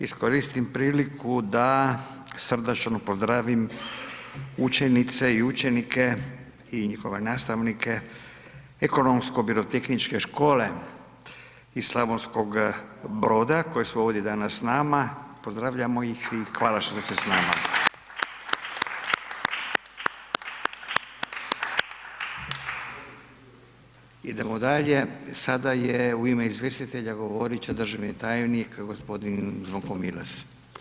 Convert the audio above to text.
Iskoristim priliku da srdačno pozdravim učenice i učenike i njihove nastavnike Ekonomsko-birotehničke škole iz Slavonskog Broda koji su ovdje danas s nama, pozdravljamo ih i hvala što ste s nama. … Idemo dalje, sada će u ime izvjestitelja govoriti državni tajnik gospodin Zvonko Milas.